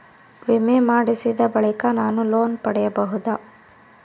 ವಿಮೆ ಮಾಡಿಸಿದ ಬಳಿಕ ನಾನು ಲೋನ್ ಪಡೆಯಬಹುದಾ?